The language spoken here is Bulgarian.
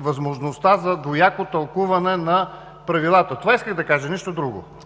възможността за двояко тълкуване на правилата. Това исках да кажа, нищо друго.